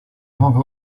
mogę